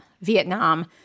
Vietnam